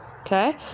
okay